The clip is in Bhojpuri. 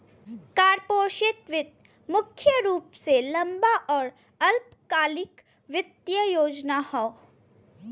कॉर्पोरेट वित्त मुख्य रूप से लंबा आउर अल्पकालिक वित्तीय योजना हौ